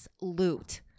loot